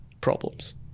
problems